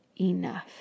enough